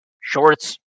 shorts